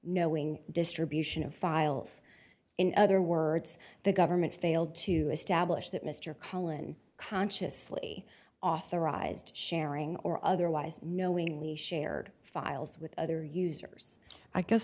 knowing distribution of files in other words the government failed to establish that mr cohen consciously authorized sharing or otherwise knowingly shared files with other users i guess